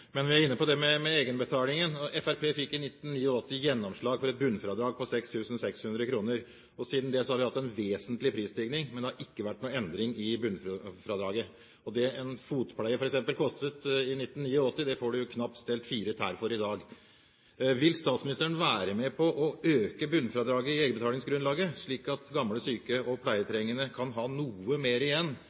Men når vi er inne på det med egenbetalingen: Fremskrittspartiet fikk i 1989 gjennomslag for et bunnfradrag på 6 600 kr, og siden det har vi hatt en vesentlig prisstigning, men det har ikke vært noen endring i bunnfradraget. Det fotpleie, f.eks., kostet i 1989, får du knapt stelt fire tær for i dag. Vil statsministeren være med på å øke bunnfradraget i egenbetalingsgrunnlaget, slik at gamle syke og pleietrengende kan ha noe mer igjen